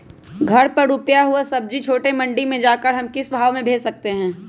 घर पर रूपा हुआ सब्जी छोटे मंडी में जाकर हम किस भाव में भेज सकते हैं?